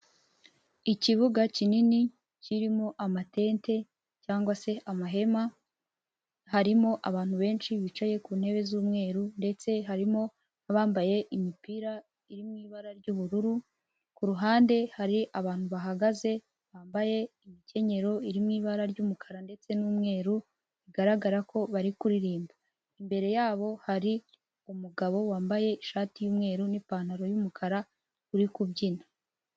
Ikibuga kinini kirimo amatente cyangwa se amahema, harimo abantu benshi bicaye ku ntebe z'umweru ndetse harimo n'abambaye imipira iri mu ibara ry'ubururu kuhande hari abantu bahagaze bambaye ibikenyero iri mu ibara ry'umukara ndetse n'umweru, bigaragara ko bari kuririmba. Imbere yabo hari umugabo wambaye ishati y'umweru n'ipantaro y'umukara uri kubyina.